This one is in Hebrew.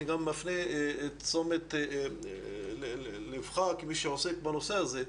אני גם מפנה את תשומת לבך כמי שעוסק בנושא הזה: